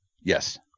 Yes